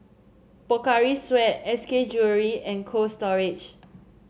Pocari Sweat S K Jewellery and Cold Storage